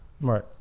Right